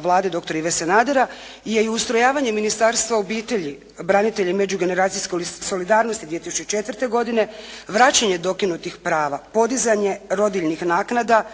Vlade doktora Ive Sanadera je i ustrojavanje Ministarstva obitelji, branitelja i međugeneracijske solidarnosti 2004. godine, vraćanje dokinutih prava, podizanje rodiljnih naknada,